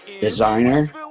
designer